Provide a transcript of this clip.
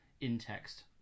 in-text